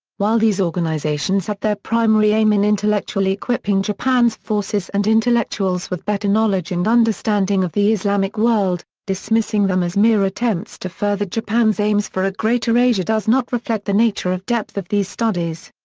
while these organizations had their primary aim in intellectually equipping japan's forces and intellectuals with better knowledge and understanding of the islamic world, dismissing them as mere attempts to further japan's aims for a greater asia does not reflect the nature of depth of these studies.